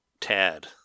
Tad